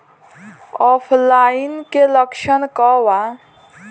ऑफलाइनके लक्षण क वा?